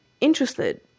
interested